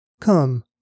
Come